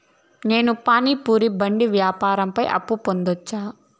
నేను పానీ పూరి బండి వ్యాపారం పైన అప్పు పొందవచ్చా?